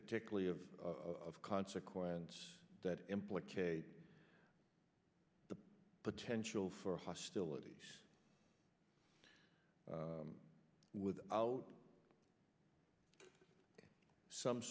particularly of of consequence that implicate the potential for hostilities without some